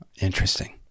interesting